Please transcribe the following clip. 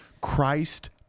Christ